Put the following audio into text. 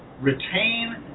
retain